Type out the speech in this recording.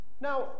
Now